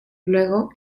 luego